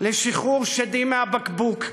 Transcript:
לשחרור שדים מהבקבוק,